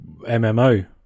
MMO